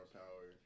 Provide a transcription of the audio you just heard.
power